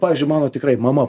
pavyzdžiui mano tikrai mama